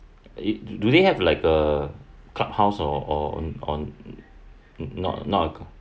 eh do they have like a clubhouse or or on on not not